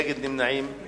אין מתנגדים ואין נמנעים.